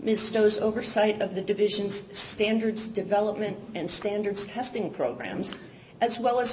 ms stowe's oversight of the division's standards development and standards testing programs as well as her